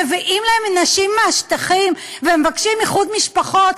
מביאים להם נשים מהשטחים ומבקשים איחוד משפחות,